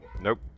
Nope